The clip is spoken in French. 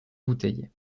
bouteille